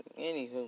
Anywho